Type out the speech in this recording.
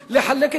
הזה.